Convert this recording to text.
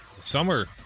Summer